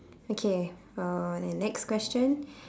okay uh then next question